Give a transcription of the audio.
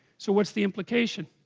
so what's the implication?